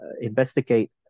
investigate